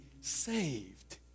saved